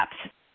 steps